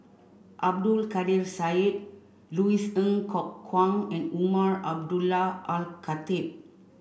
Abdul Kadir Syed Louis Ng Kok Kwang and Umar Abdullah Al Khatib